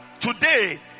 Today